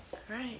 right